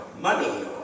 money